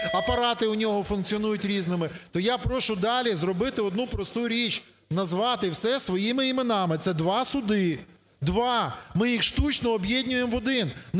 апарати у нього функціонують різні, то я прошу далі зробити одну просту річ: назвати все своїми іменами. Це два суди, два, ми їх штучно об'єднуємо в один.